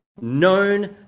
known